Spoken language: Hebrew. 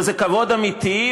וזה כבוד אמיתי,